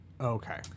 Okay